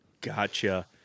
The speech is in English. Gotcha